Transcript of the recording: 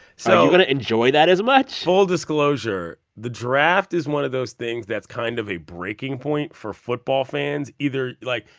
going to enjoy that as much? full disclosure, the draft is one of those things that's kind of a breaking point for football fans. either, like,